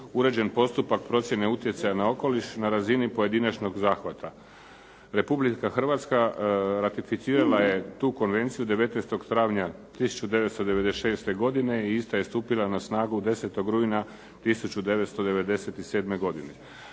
uređen postupak procjene utjecaja na okoliš na razini pojedinačnog zahvata. Republika Hrvatska ratificirala je tu konvenciju 19. travnja 1996. godine i ista je stupila na snagu 10. rujna 1997. godine.